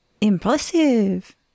Impressive